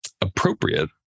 appropriate